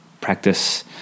practice